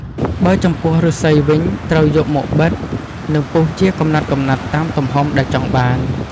បើចំពោះ ឫស្សីវិញត្រូវយកមកបិត និងពុះជាកំណាត់ៗតាមទំហំដែលចង់បាន។